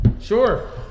Sure